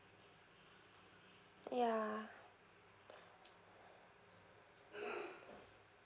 yeah